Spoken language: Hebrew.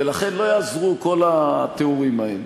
ולכן לא יעזרו כל התיאורים האלה.